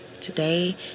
Today